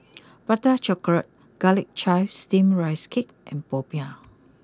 Prata chocolate Garlic Chives Steamed Rice Cake and Popiah